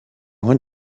want